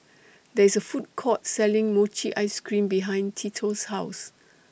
There IS A Food Court Selling Mochi Ice Cream behind Tito's House